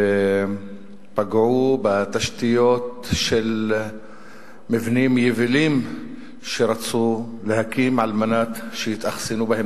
ופגעו בתשתיות של מבנים יבילים שרצו להקים על מנת שיתאכסנו בהם,